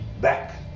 back